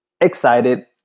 excited